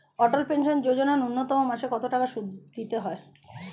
অটল pension Yojana ন্যূনতম মাসে কত টাকা সুধ দিতে হয়?